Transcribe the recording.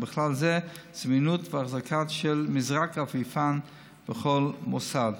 ובכלל זה זמינות והחזקת מזרק אפיפן בכל מוסד.